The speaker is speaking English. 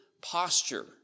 posture